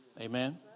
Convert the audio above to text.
Amen